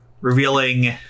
revealing-